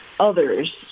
others